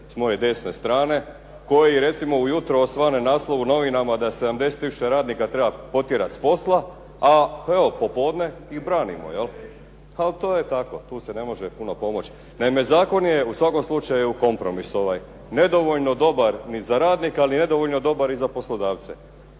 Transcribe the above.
s moje desne strane koji recimo ujutro osvane naslov u novinama da 70 tisuća radnika treba potjerati s posla, a evo poslijepodne ih branimo. Ali to je tako, tu se ne može puno pomoći. Naime, zakon je kompromis ovaj, nedovoljno dobar ni za radnika ali nedovoljno dobar i za poslodavce.